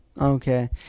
Okay